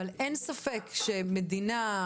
אין ספק שמדינה,